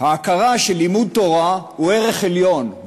ההכרה שלימוד תורה הוא ערך עליון,